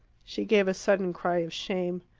she gave a sudden cry of shame.